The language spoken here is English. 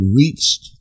reached